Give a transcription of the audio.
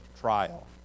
trial